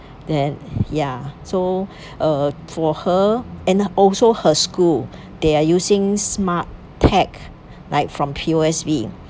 then ya so uh for her and also her school they are using smart tech like from P_O_S_B